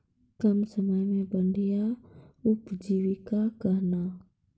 कम समय मे बढ़िया उपजीविका कहना?